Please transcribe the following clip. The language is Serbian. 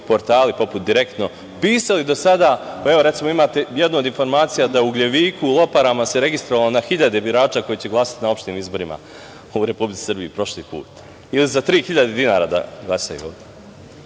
portali poput „Direktno“ pisali do sada. Evo, imate jednu od informaciju da u Ugljeviku i Loparama se registrovalo na hiljade birača koji će glasati na opštim izborima u Republici Srbiji prošli put, ili za 3.000 dinara da glasaju ovde. Još